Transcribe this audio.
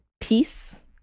Peace